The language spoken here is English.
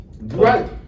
right